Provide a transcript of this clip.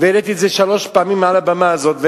העליתי את זה שלוש פעמים מעל הבמה הזאת.